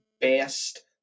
best